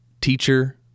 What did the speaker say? teacher